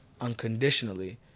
unconditionally